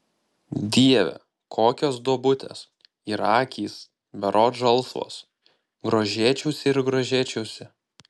dieve kokios duobutės ir akys berods žalsvos grožėčiausi ir grožėčiausi